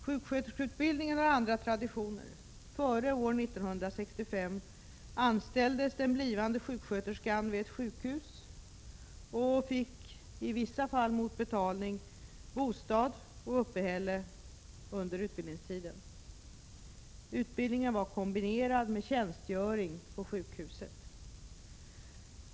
Sjuksköterskeutbildningen har andra traditioner. Före år 1965 anställdes den blivande sjuksköterskan vid ett sjukhus och fick — i vissa fall mot betalning — bostad och uppehälle under utbildningstiden. Utbildningen var kombinerad med tjänstgöring på sjukhuset.